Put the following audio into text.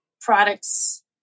products